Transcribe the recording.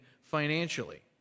financially